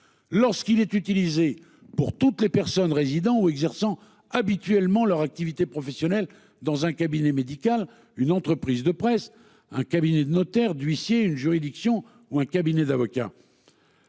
lorsqu'il est utilisé par une personne résidant ou exerçant habituellement son activité professionnelle dans un cabinet médical, une entreprise de presse, une étude notariale ou d'huissier, une juridiction ou un cabinet d'avocats.